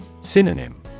Synonym